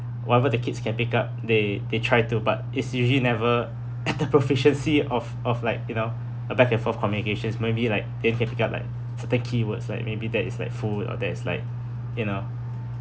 whatever the kids can pick up they they tried to but it's usually never at the proficiency of of like you know a back and forth communications maybe like they can pick up like certain keywords like maybe that is like food or that's like you know